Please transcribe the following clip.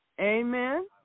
Amen